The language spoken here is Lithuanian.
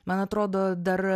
man atrodo dar